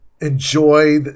enjoy